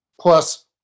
plus